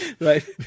Right